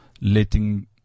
letting